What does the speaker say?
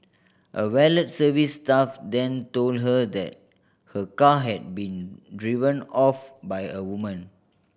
a valet service staff then told her that her car had been driven off by a woman